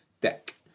deck